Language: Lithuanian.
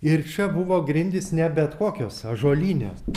ir čia buvo grindys ne bet kokios ąžuolinės